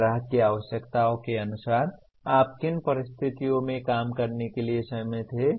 ग्राहक की आवश्यकताओं के अनुसार आप किन परिस्थितियों में काम करने के लिए सहमत होते हैं